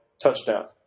Touchdown